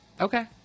Okay